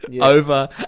over